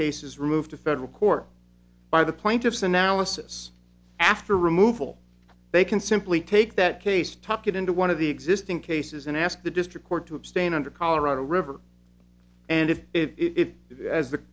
case is removed to federal court by the plaintiff's analysis after removal they can simply take that case tuck it into one of the existing cases and ask the district court to abstain under colorado river and if it